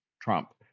Trump